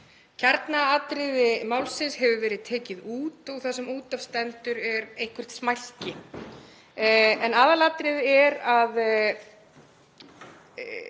Kjarnaatriði málsins hefur verið tekið út og það sem út af stendur er eitthvert smælki. En aðalatriðið er að